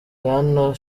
bwana